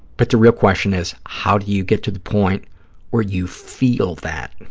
but the real question is, how do you get to the point where you feel that?